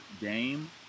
Game